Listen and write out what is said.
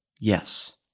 yes